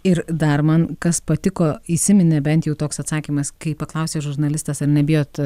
ir dar man kas patiko įsiminė bent jau toks atsakymas kai paklausė žurnalistas ar nebijot